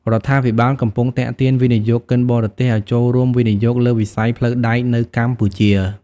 រដ្ឋាភិបាលកំពុងទាក់ទាញវិនិយោគិនបរទេសឱ្យចូលរួមវិនិយោគលើវិស័យផ្លូវដែកនៅកម្ពុជា។